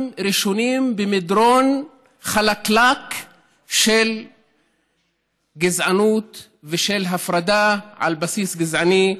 ראשונים במדרון חלקלק של גזענות ושל הפרדה על בסיס גזעני,